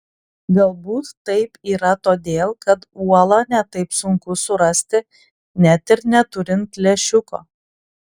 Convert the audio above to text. galbūt taip yra todėl kad uolą ne taip sunku surasti net ir neturint lęšiuko